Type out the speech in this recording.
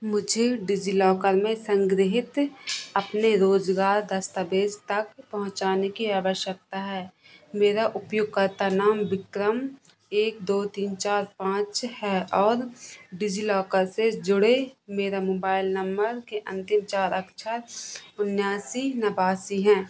मुझे में संग्रहीत अपने रोजगार दस्तावेज़ तक पहुँचने की आवश्यकता है मेरा उपयोगकर्ता नाम विक्रम एक दो तीन चार पाँच है और से जुड़े मेरे नंबर के अंतिम चार अक्षर उन्यासी नवासी हैं